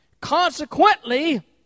Consequently